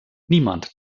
niemand